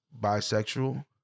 bisexual